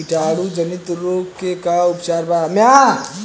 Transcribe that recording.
कीटाणु जनित रोग के का उपचार बा?